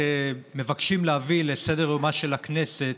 מבקשים להביא לסדר-יומה של הכנסת